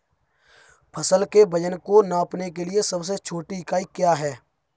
फसल के वजन को नापने के लिए सबसे छोटी इकाई क्या है?